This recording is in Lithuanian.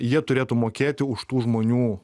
jie turėtų mokėti už tų žmonių